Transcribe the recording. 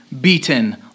beaten